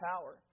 power